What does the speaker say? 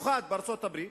במיוחד בארצות-הברית,